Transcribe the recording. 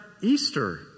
Easter